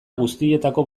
guztietako